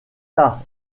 tard